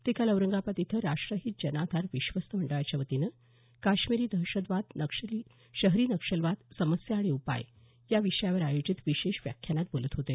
ते काल औरंगाबाद इथं राष्टहित जनाधार विश्वस्त मंडळाच्या वतीनं कश्मिरी दहशतवाद शहरी नक्षलवाद समस्या आणि उपाय या विषयावर आयोजित विशेष व्याख्यानात बोलत होते